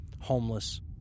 homeless